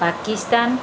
Pakistan